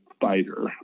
fighter